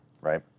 right